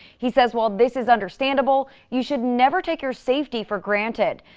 he says while this is understandable you should never take your safety for granted.